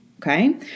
Okay